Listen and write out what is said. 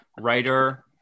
writer